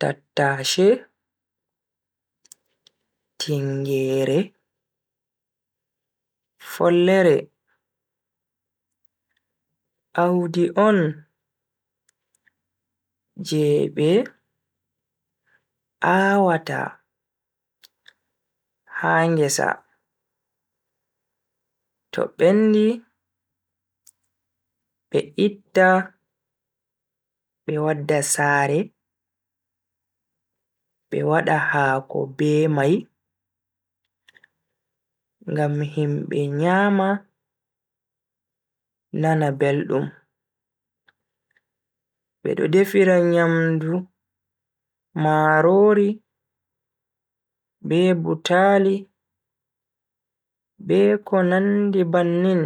Tattashe, tingeere, follere. Audi on je be a'wata ha ngesa to bendi be itta be wadda sare be wada hako be mai ngam himbe nyama nana beldum. Bedo defira nyamdu marori be butaali be ko nandi bannin